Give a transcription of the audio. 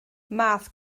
math